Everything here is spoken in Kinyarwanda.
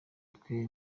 twe